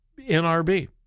NRB